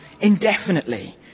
indefinitely